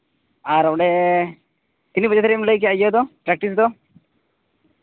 ᱟᱨ ᱚᱸᱰᱮ ᱛᱤᱱᱟᱹᱜ ᱵᱟᱡᱟᱜ ᱫᱷᱟᱹᱨᱤᱡ ᱮᱢ ᱞᱟᱹᱭ ᱠᱮᱫᱟ ᱤᱭᱟᱹ ᱫᱚ ᱯᱮᱠᱴᱤᱥ ᱫᱚ